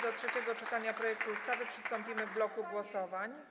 Do trzeciego czytania projektu ustawy przystąpimy w bloku głosowań.